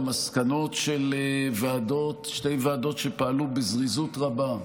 גם מסקנות של שתי ועדות שפעלו בזריזות רבה: